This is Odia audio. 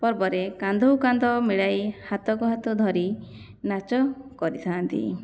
ପର୍ବରେ କାନ୍ଧ କୁ କାନ୍ଧ ମିଳାଇ ହାତ କୁ ହାତ ଧରି ନାଚ କରିଥାନ୍ତି